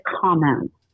comments